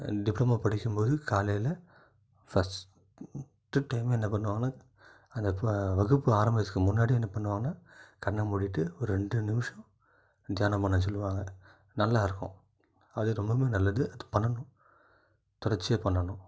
diploma படிக்கும்போது காலைல first time என்ன பண்ணுவாங்கன்னா அந்த ப வகுப்பு ஆரம்பிக்கிறதுக்கு முன்னாடி என்ன பண்ணுவாங்கனா கண்ணை மூடிகிட்டு ஒரு ரெண்டு நிமிடம் தியானம் பண்ண சொல்லுவாங்க நல்லாயிருக்கும் அது ரொம்பவும் நல்லது அது பண்ணனும் தொடர்ச்சியாக பண்ணனும்